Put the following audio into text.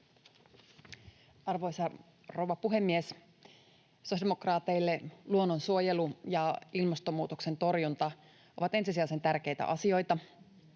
Arvoisa rouva puhemies! Sosiaalidemokraateille luonnonsuojelu ja ilmastonmuutoksen torjunta ovat ensisijaisen tärkeitä asioita.